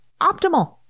optimal